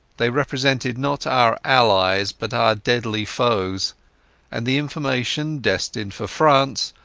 they represented not our allies, but our deadly foes and the information, destined for france,